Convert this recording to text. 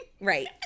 Right